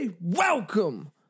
Welcome